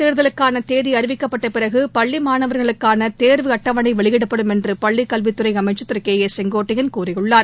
தேர்தலுக்கானதேதிஅறிவிக்கப்பட்டபிறகு பள்ளிமாணவர்களுக்கானதேர்வு சட்ப்பேரவைத் அட்டவணைவெளியிடப்படும் என்றுபள்ளிக் கல்வித்துறைஅமைச்சர் திருசெங்கோட்டையள் கூறியுள்ளார்